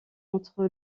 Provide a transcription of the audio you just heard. entre